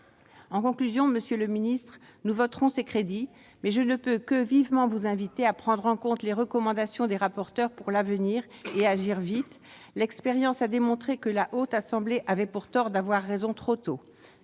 Cela dit, monsieur le ministre, nous voterons les crédits de cette mission, mais je ne peux que vivement vous inviter à prendre en compte les recommandations des rapporteurs pour l'avenir et à agir vite. L'expérience a démontré que la Haute Assemblée avait pour tort d'avoir raison trop tôt.